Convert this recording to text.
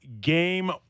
game